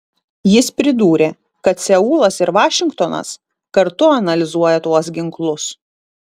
jis pridūrė kad seulas ir vašingtonas kartu analizuoja tuos ginklus